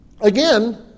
again